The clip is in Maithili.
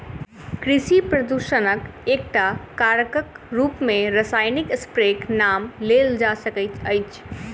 कृषि प्रदूषणक एकटा कारकक रूप मे रासायनिक स्प्रेक नाम लेल जा सकैत अछि